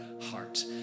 heart